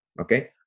okay